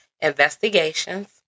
investigations